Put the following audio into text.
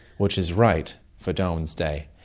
which is right for darwin's day.